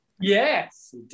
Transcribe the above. Yes